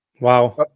wow